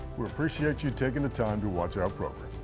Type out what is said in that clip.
we appreciate you taking the time to watch our program.